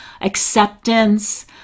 acceptance